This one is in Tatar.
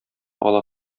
ала